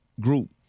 group